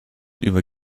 über